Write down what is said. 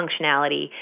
functionality